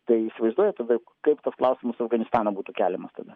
tai įsivaizduojat tada kaip tas klausimas afganistano būtų keliamas tada